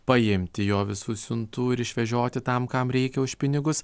paimti jo visų siuntų ir išvežioti tam kam reikia už pinigus